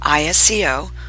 ISCO